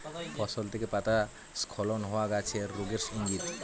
ফসল থেকে পাতা স্খলন হওয়া গাছের রোগের ইংগিত